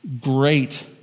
Great